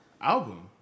album